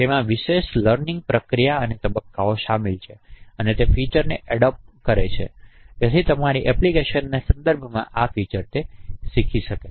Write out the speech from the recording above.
તેમાં વિશેષ લર્નિંગ પ્રક્રિયાના અનેક તબક્કાઓ શામેલ છે અને તે ફીચરને અડોપ્ત કરે છે તેથી તમારી એપ્લિકેશનના સંદર્ભમાં આ ફીચર શીખી શકે છે